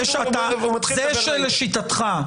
זה שלשיטתך,